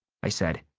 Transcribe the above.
i said.